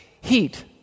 heat